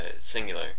Singular